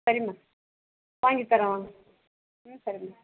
சரிம்மா வாங்கி தரேன் வாங்க ம் சரிமா